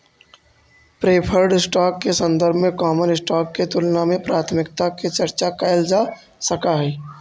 preferred stock के संदर्भ में कॉमन स्टॉक के तुलना में प्राथमिकता के चर्चा कैइल जा सकऽ हई